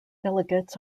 delegates